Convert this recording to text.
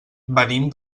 venim